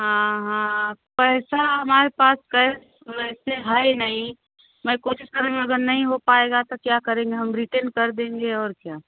हाँ हाँ पैसा हमारे कैस वैसे है नहीं मैं कोशिश करूँगा अगर नहीं हो पाएगे तो क्या करेंगे हम रिटर्न कर देंगे और और क्या